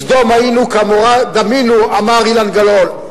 כסדום היינו, לעמורה דמינו, אמר אילן גילאון.